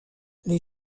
les